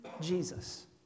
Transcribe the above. Jesus